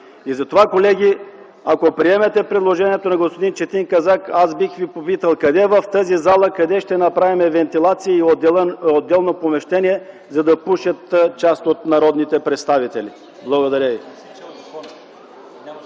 Затова, колеги, ако приемете предложението на господин Четин Казак, аз бих ви попитал: къде в тази зала ще направим вентилация и отделно помещение, за да пушат част от народните представители? Благодаря ви.